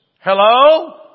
Hello